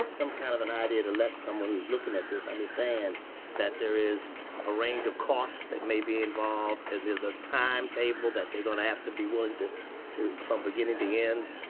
some kind of an idea to let someone who's looking at this understand that there is a range of costs that may be involved, and there's a time table that they're going to have to be willing to to from beginning to yeah end.